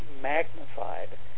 magnified